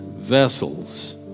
vessels